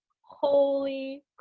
holy